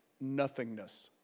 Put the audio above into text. nothingness